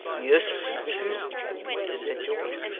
yes, missus said george.